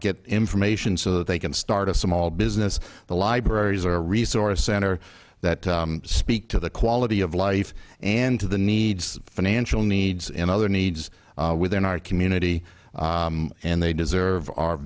get information so that they can start a small business the libraries are a resource center that speak to the quality of life and to the needs financial needs and other needs within our community and they deserve